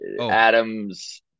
Adam's